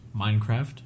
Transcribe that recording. Minecraft